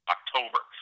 October